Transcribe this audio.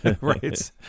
Right